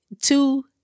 Two